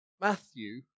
Matthew